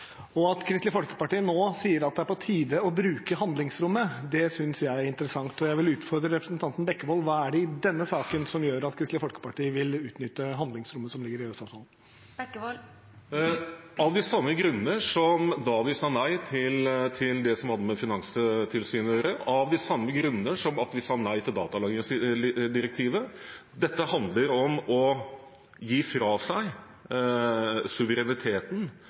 At Kristelig Folkeparti nå sier det er på tide å bruke handlingsrommet, synes jeg er interessant. Jeg vil utfordre representanten Bekkevold: Hva er det i denne saken som gjør at Kristelig Folkeparti vil utnytte handlingsrommet som ligger i EØS-avtalen? Det er av de samme grunner som da vi sa nei til det som hadde med finanstilsyn å gjøre, av de samme grunner som da vi sa nei til datalagringsdirektivet. Dette handler om å gi fra seg suvereniteten